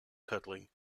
cuddling